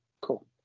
Cool